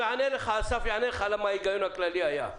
אסף יענה לך על ההיגיון הכללי שהיה.